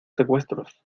secuestros